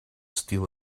steel